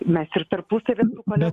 mes ir tarpusavy mano